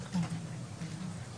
אז גם במקרים האלה זה יגיע לפתחנו.